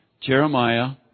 Jeremiah